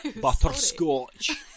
Butterscotch